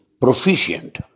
proficient